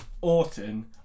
Orton